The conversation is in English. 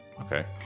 Okay